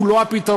הוא לא הפתרון.